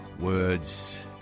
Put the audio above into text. words